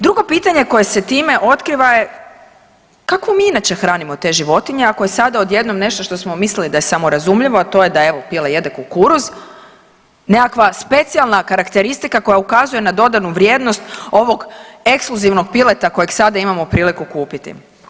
Drugo pitanje koje se time otkriva je kako mi inače hranimo te životinje ako je sada odjednom nešto što smo mislili da je samorazumljivo, a to je evo da pile jede kukuruz, nekakva specijalna karakteristika koja ukazuje na dodanu vrijednost ovog ekskluzivnog pileta kojeg sada imamo priliku kupiti.